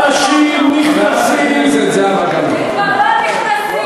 על התועבה שאתם מביאים פה היום.